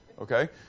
okay